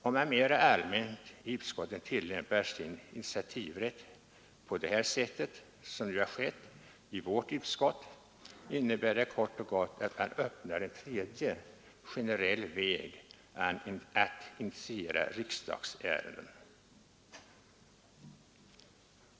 Om man mera allmänt i utskotten tillämpar sin initiativrätt på sätt som nu har skett i justitieutskottet innebär det kort och gott att man öppnar en tredje generell väg för att initiera riksdagsärenden.